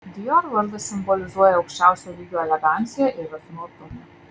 dior vardas simbolizuoja aukščiausio lygio eleganciją ir rafinuotumą